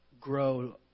grow